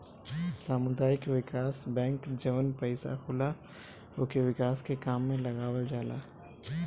सामुदायिक विकास बैंक जवन पईसा होला उके विकास के काम में लगावल जाला